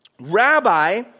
Rabbi